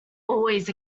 always